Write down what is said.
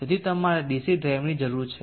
તેથી તમારે ડીસી ડ્રાઇવની જરૂર છે